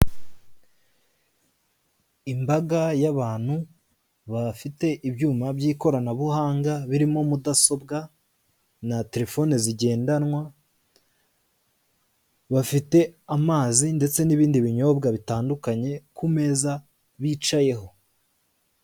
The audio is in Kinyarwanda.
Imbaga y'abantu bafite ibyuma by'ikoranabuhanga birimo mudasobwa na telefoni zigendanwa bafite amazi ndetse n'ibindi binyobwa bitandukanye ku meza bicayeho.